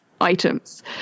items